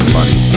money